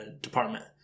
department